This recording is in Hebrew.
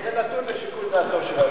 אבל זה נתון לשיקול דעתו של היושב-ראש.